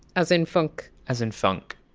as in funk? as in funk,